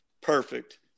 Perfect